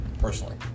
personally